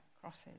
crosses